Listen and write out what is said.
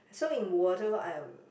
so in water I'm